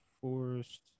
Forest